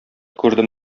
күрдем